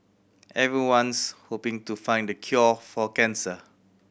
everyone's hoping to find the cure for cancer